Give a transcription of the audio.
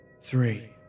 three